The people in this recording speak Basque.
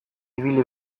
ibili